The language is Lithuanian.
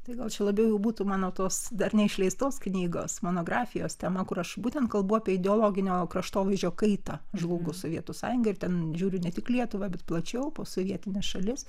tai gal čia labiau jau būtų mano tos dar neišleistos knygos monografijos tema kur aš būtent kalbu apie ideologinio kraštovaizdžio kaitą žlugus sovietų sąjungai ir ten žiūriu ne tik lietuvą bet plačiau posovietines šalis